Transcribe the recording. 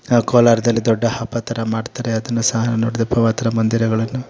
ಆ ಕೋಲಾರದಲ್ಲಿ ದೊಡ್ಡ ಹಬ್ಬ ಥರ ಮಾಡ್ತಾರೆ ಅದನ್ನು ಸಹ ನೋಡಿದೆ ಪವಿತ್ರ ಮಂದಿರಗಳನ್ನು